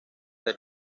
del